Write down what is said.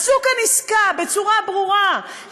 עשו כאן עסקה בצורה ברורה,